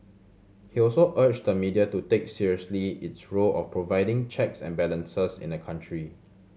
he also urged the media to take seriously its role of providing checks and balances in the country